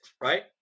Right